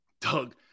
Doug